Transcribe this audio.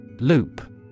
Loop